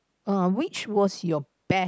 err which was your best